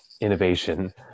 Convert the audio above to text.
innovation